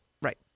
Right